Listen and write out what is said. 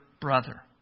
brother